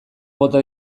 bota